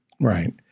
Right